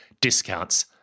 discounts